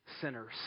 sinners